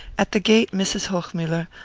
at the gate mrs. hochmuller,